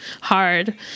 hard